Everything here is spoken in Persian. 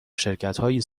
شرکتهایی